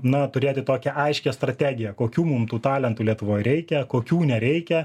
na turėti tokią aiškią strategiją kokių mum tų talentų lietuvoj reikia kokių nereikia